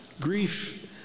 Grief